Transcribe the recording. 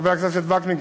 חבר הכנסת וקנין,